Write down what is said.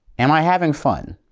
am i having fun?